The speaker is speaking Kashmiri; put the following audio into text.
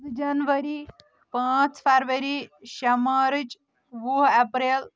زٕ جنؤری پانٛژ فروری شٛے مارچ وُہ اپریل